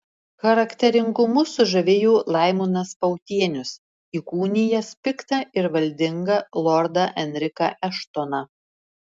charakteringumu sužavėjo laimonas pautienius įkūnijęs piktą ir valdingą lordą enriką eštoną